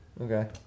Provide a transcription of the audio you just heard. Okay